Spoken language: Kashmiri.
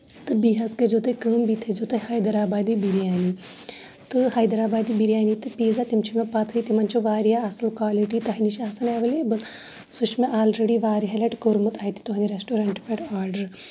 تہٕ بیٚیہِ حظ کٔرزیو تُہۍ کٲم بیٚیہِ تھٲزیو تُہۍ ہایدرآبادی بریانی تہٕ ہایدرآبادی بریانی تہٕ پِزا تِم چھِ مےٚ پَتہٕ ہٕے تِمن چھُ واریاہ اَصٕل کالٹی تۄہہِ نِش آسان ایٚولیبٕل سُہ چھُ مےٚ آلریڈی واریاہ لَٹہِ کوٚرمُت اَتہِ تہنٛدِ ریسٹورنٹ پٮ۪ٹھ آرڈر